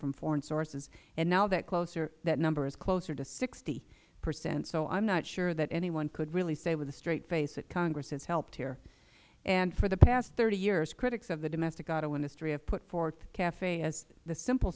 from foreign sources and now that number is closer to sixty percent so i am not sure that anyone could really say with a straight face that congress has helped here and for the past thirty years critics of the domestic auto industry have put forth cafe as the simple